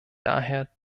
daher